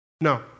no